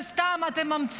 אתם סתם ממציאים,